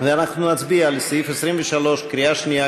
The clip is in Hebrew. ואנחנו נצביע על סעיף 23 בקריאה שנייה,